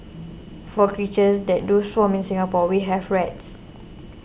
for creatures that do swarm in Singapore we have rats